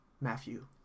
Matthew